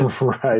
Right